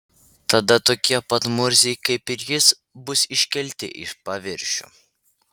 tada tokie pat murziai kaip ir jis bus iškelti į paviršių